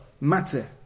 matter